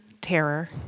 terror